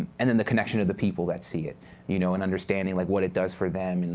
and then the connection of the people that see it you know and understanding like what it does for them. and